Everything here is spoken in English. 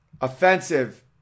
offensive